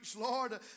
Lord